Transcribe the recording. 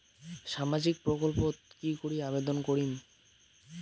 সামাজিক প্রকল্পত কি করি আবেদন করিম?